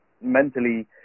mentally